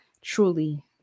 truly